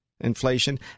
inflation